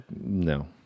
no